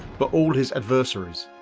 but all his adversaries